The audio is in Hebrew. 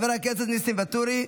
חבר הכנסת ניסים ואטורי,